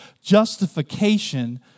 justification